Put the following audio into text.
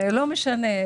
לא משנה.